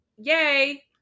yay